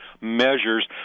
measures